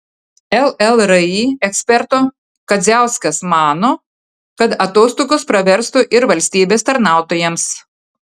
llri eksperto kadziauskas mano kad atostogos praverstų ir valstybės tarnautojams